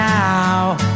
now